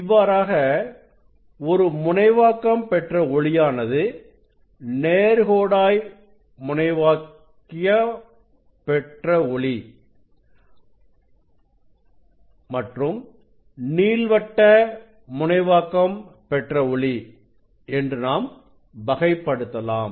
இவ்வாறாக ஒரு முனைவாக்கம் பெற்ற ஒளியானது நேர்கோடாய்முனைவாக்கிய ஒளிவட்ட முனைவாக்கம் பெற்ற ஒளி மற்றும் நீள்வட்ட முனைவாக்கம் பெற்ற ஒளி என்று நாம் வகைப்படுத்தலாம்